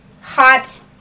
hot